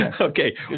Okay